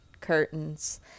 Curtains